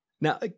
Now